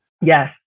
Yes